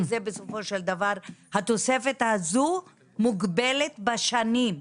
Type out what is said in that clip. כי בסופו של דבר התוספת הזו מוגבלת בשנים.